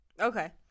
Okay